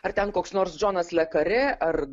ar ten koks nors džonas lekarė ar